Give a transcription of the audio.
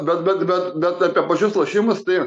bet bet bet bet apie pačius lošimus tai